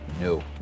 No